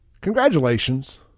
congratulations